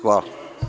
Hvala.